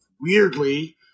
weirdly